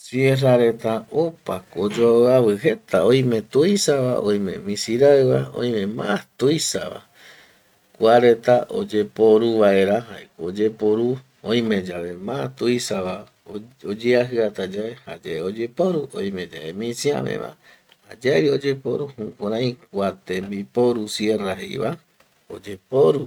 Sierra reta opako oyoaviavi jeta oime tuisava, oime misiraiva, oime ma tuisava, kua reta oyeporu vaera jaeko oyeporu oime yave ma tuisava oyeajiata yae jayae oyeporu, oime yave misiaveva jayaevi oyeporu, jukurai kua tembiporu sierra jeiva oyeporu